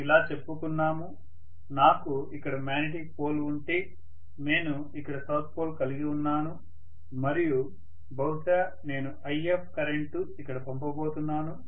మనము ఇలా చెప్పుకున్నాము నాకు ఇక్కడ మ్యాగ్నెటిక్ పోల్ ఉంటే నేను ఇక్కడ సౌత్ పోల్ కలిగి ఉన్నాను మరియు బహుశా నేను If కరెంటు ఇక్కడ పంపబోతున్నాను